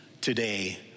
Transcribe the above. today